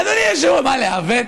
אדוני היושב-ראש, מה, לעוות?